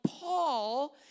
Paul